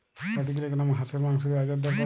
প্রতি কিলোগ্রাম হাঁসের মাংসের বাজার দর কত?